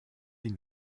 die